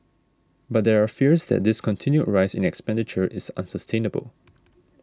but there are fears that this continued rise in expenditure is unsustainable